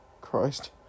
Christ